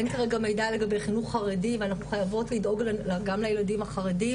אין כרגע מידע לגבי חינוך חרדי ואנחנו חייבות לדאוג גם לילדים החרדים,